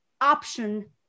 option